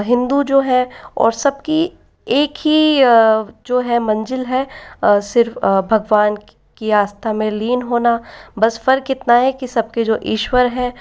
हिंदू जो है और सबकी एक ही जो है मंजिल है सिर्फ़ भगवान की आस्था में लीन होना बस फ़र्क इतना है कि सबके जो ईश्वर हैं